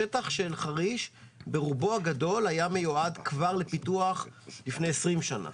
השטח של חריש ברובו הגדול היה כבר מיועד לפיתוח לפני 20 שנה.